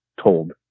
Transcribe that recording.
told